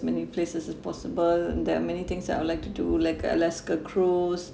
many places as possible there are many things that I would like to do like alaska cruise